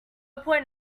point